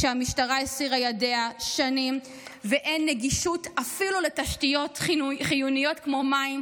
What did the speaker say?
כשהמשטרה הסירה ידיה שנים ואין גישה אפילו לתשתיות חיוניות כמו מים,